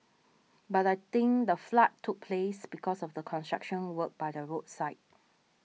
but I think the flood took place because of the construction work by the roadside